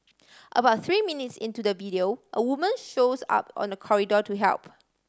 about three minutes into the video a woman shows up on the corridor to help